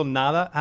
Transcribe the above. nada